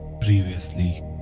Previously